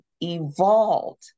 evolved